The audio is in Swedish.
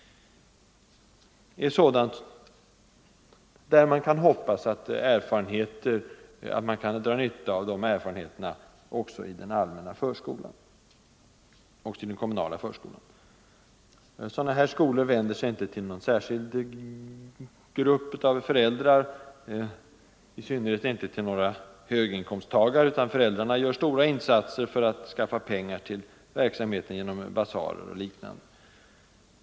Det är sådana erfarenheter man hoppas kunna dra nytta av också i den kommunala förskolan. Sådana här förskolor vänder sig inte till någon särskild grupp av föräldrar, i synnerhet inte till några höginkomsttagare, utan föräldrarna gör stora insatser för att skaffa pengar till verksamheten genom basarer och liknande.